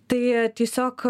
tai tiesiog